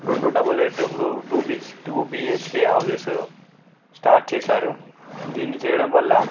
రెండు double bed రూమ్లు to be two BHK houses start చేశారు దీన్ని చేయడం వల్ల